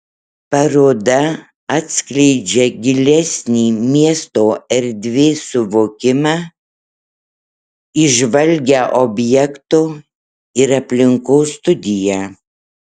paroda atskleidžia gilesnį miesto erdvės suvokimą įžvalgią objekto ir aplinkos studiją